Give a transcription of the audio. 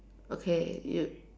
okay you